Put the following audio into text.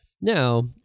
Now